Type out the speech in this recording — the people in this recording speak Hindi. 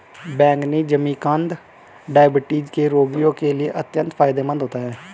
बैंगनी जिमीकंद डायबिटीज के रोगियों के लिए अत्यंत फायदेमंद होता है